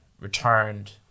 returned